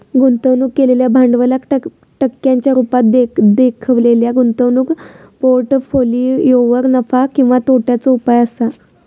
गुंतवणूक केलेल्या भांडवलाक टक्क्यांच्या रुपात देखवलेल्या गुंतवणूक पोर्ट्फोलियोवर नफा किंवा तोट्याचो उपाय असा